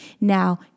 Now